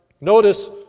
Notice